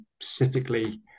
specifically